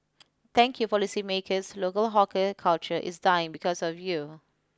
thank you policymakers local hawker culture is dying because of you